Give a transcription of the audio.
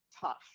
tough